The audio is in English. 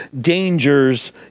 dangers